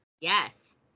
Yes